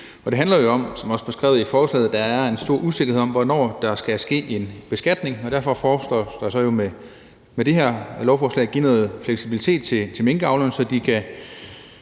Det handler jo om, som også beskrevet i forslaget, at der er en stor usikkerhed om, hvornår der skal ske en beskatning. Derfor foreslås det så med det her lovforslag at give noget fleksibilitet til minkavlerne, så de